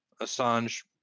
Assange